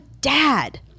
dad